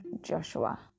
Joshua